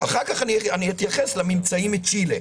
אחר כך אני אתייחס לממצאים מצ'ילה,